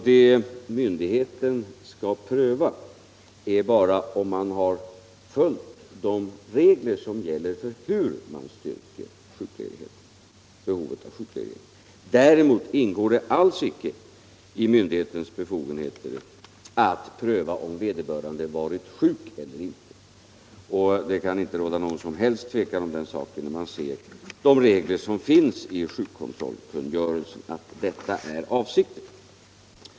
Det myndigheterna skall pröva är bara om man följt de regler som gäller för hur man styrker behovet av sjukledighet. Däremot ingår det alls icke i myndighetens befogenheter att pröva om vederbörande varit sjuk eller inte. Det kan inte råda något som helst tvivel om detta med hänsyn till de regler som finns i sjukkontrollkungörelsen.